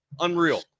Unreal